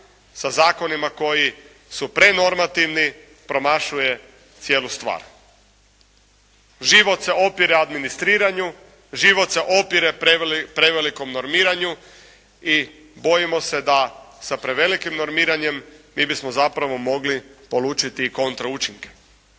sa zakonima koji su prenormativni premašuje cijelu stvar. Život se opire administriranju, život se opire prevelikom normiranju i bojimo se da sa prevelikim normiranjem mi bismo zapravo mogli polučiti kontra učinke.